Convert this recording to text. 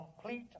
complete